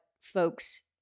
folks